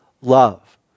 love